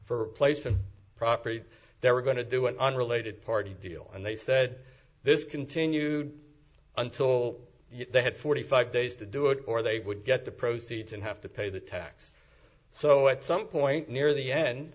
for a place for a property they were going to do an unrelated party deal and they said this continued until they had forty five days to do it or they would get the proceeds and have to pay the tax so at some point near the end